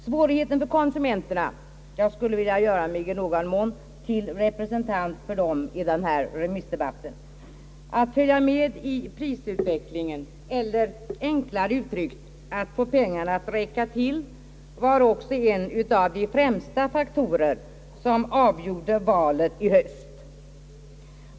Svårigheten för konsumenterna — jag skulle vilja i någon mån göra mig till talesman för dem i denna remissdebatt — att följa med i prisstegringen eller, enklare uttryckt, att få pengarna att räcka till, var också en av de faktorer som främst avgjorde valet i höst.